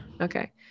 Okay